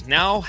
now